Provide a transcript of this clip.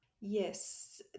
Yes